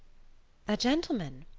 a gentleman?